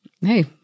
hey